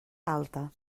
alta